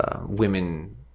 women